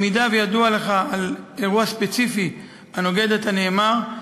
אם ידוע לך על אירוע ספציפי הנוגד את הנאמר,